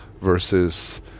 versus